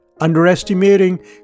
Underestimating